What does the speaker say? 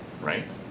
right